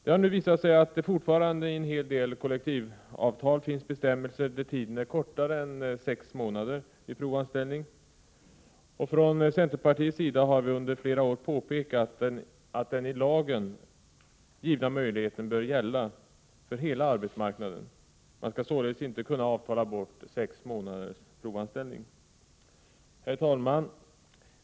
Det har nu visat sig att det fortfarande i en hel del kollektivavtal finns bestämmelser om kortare tid än sex månader för provanställning. Från centerpartiets sida har vi under flera år påpekat att den i lagen givna möjligheten bör gälla för hela arbetsmarknaden. Man skall således inte kunna avtala bort sex månaders provanställning. Herr talman!